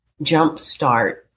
jumpstart